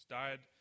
died